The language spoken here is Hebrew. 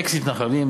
אקס-מתנחלים,